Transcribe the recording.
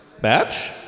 batch